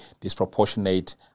disproportionate